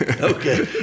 okay